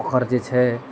ओकर जे छै